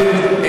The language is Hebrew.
אתם לא באתם.